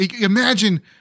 Imagine